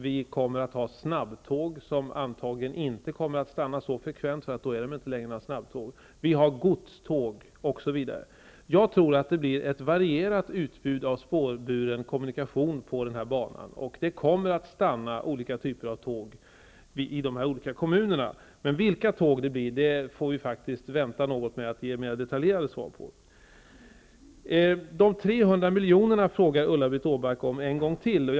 Vi kommer att ha snabbtåg som antagligen inte kommer att stanna så frekvent, eftersom de då inte längre skulle vara snabbtåg. Vi har godståg osv. Jag tror att det kommer att bli ett varierat utbud av spårburen kommunikation på den här banan. Det kommer att stanna olika typer av tåg i de olika kommunerna. Men vi får faktiskt vänta med att ge mer detaljerade svar om vilka tåg det blir. Ulla-Britt Åbark frågar en gång till om de 300 miljonerna.